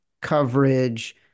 coverage